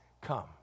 come